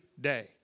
day